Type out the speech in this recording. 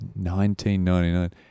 1999